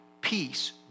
peace